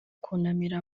kunamira